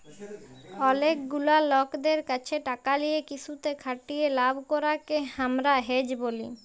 অলেক গুলা লকদের ক্যাছে টাকা লিয়ে কিসুতে খাটিয়ে লাভ করাককে হামরা হেজ ব্যলি